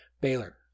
Baylor